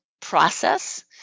process